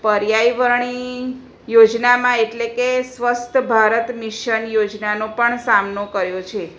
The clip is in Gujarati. પર્યાવરની યોજનામાં એટલે સ્વસ્થ ભારત મિશન યોજનાનો પણ સામનો કર્યો છે